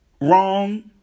wrong